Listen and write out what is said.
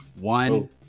One